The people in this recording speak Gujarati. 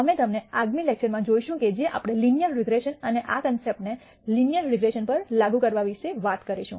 અમે તમને આગામી લેક્ચરમાં જોઈશું જે આપણે લિનીઅર રીગ્રેસન અને આ કોન્સેપ્ટને લિનીઅર રીગ્રેસન પર લાગુ કરવા વિશે વાત કરીશું